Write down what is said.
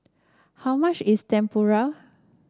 how much is Tempura